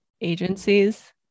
agencies